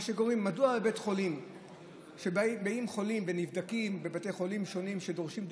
מדוע בבתי חולים נבדקים החולים ויש לך